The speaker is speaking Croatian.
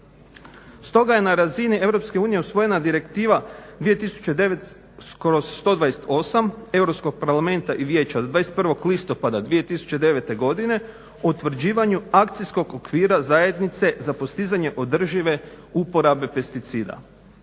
Stoga je na razini EU usvojena Direktiva 2009/128 Europskog parlamenta i Vijeća od 21. listopada 2009. godine o utvrđivanju akcijskog okvira zajednice za postizanje održive uporabe pesticida.